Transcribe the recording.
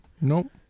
no